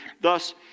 thus